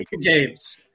games